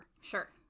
sure